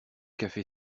café